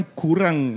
kurang